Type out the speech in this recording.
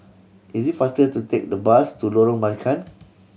is it faster to take the bus to Lorong Marican